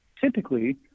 typically